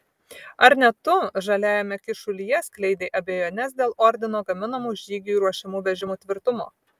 ar ne tu žaliajame kyšulyje skleidei abejones dėl ordino gaminamų žygiui ruošiamų vežimų tvirtumo